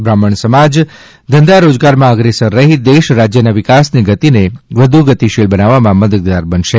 બ્રાહ્મણ સમાજ ધંધા રોજગારમાં અગ્રેસર રહી દેશ રાજ્યના વિકાસની ગતિને વધુ ગતિશીલ બનાવવામાં મદદગાર બનશે